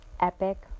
epic